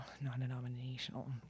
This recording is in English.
non-denominational